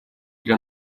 для